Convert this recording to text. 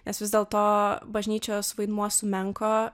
nes vis dėlto bažnyčios vaidmuo sumenko